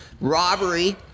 robbery